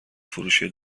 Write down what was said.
فروشی